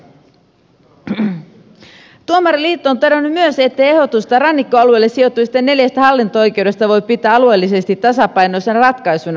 tuomariliitto on todennut myös ettei ehdotusta rannikkoalueelle sijoittuvista neljästä hallinto oikeudesta voi pitää alueellisesti tasapainoisena ratkaisuna